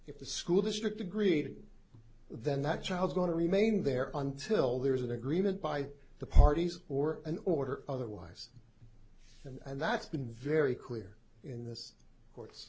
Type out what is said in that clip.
if the school district agreed then that child's going to remain there until there is an agreement by the parties or an order otherwise and that's been very clear in this cour